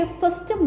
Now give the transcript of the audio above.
first